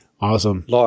Awesome